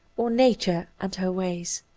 or nature and her ways.